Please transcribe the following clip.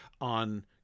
on